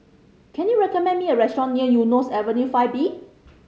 can you recommend me a restaurant near Eunos Avenue Five B